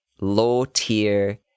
low-tier